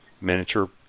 miniature